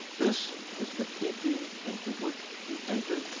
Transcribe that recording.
this is the teepee into which he entered.